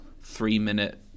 three-minute